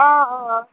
हां हां